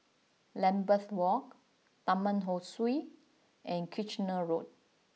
Lambeth Walk Taman Ho Swee and Kitchener Road